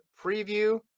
preview